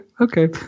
Okay